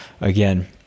again